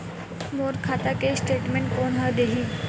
मोर खाता के स्टेटमेंट कोन ह देही?